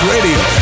Radio